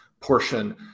portion